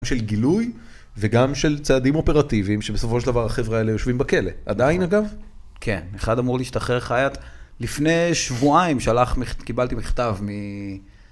של גילוי, וגם של צעדים אופרטיביים שבסופו של דבר החברה האלה יושבים בכלא. עדיין אגב? כן, אחד אמור להשתחרר חיי. לפני שבועיים שלח, קיבלתי מכתב מ..